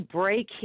break